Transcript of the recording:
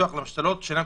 (3).